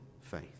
faith